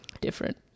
different